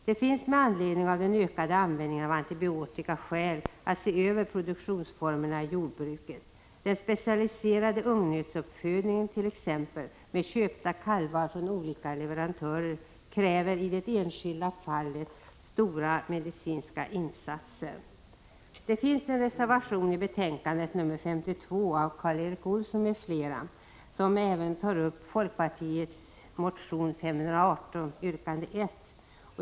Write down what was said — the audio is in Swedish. Det finns, med anledning av den ökade användningen av antibiotika, skäl att se över produktionsformerna i jordbruket. Den specialiserade ungnötsuppfödningen t.ex. med kalvar köpta från olika leverantörer kräver i det enskilda fallet stora medicinska insatser. Det finns en reservation i betänkandet — reservation 52 av Karl Erik Olsson m.fl. — som även tar upp folkpartiets motion Jo518 yrkande 1.